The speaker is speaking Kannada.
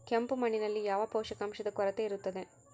ಕೆಂಪು ಮಣ್ಣಿನಲ್ಲಿ ಯಾವ ಪೋಷಕಾಂಶದ ಕೊರತೆ ಇರುತ್ತದೆ?